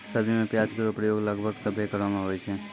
सब्जी में प्याज केरो प्रयोग लगभग सभ्भे घरो म होय छै